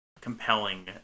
compelling